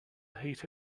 heat